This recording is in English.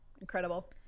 incredible